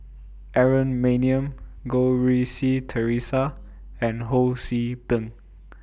Aaron Maniam Goh Rui Si Theresa and Ho See Beng